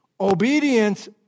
Obedience